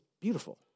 beautiful